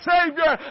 Savior